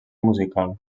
musical